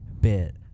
bit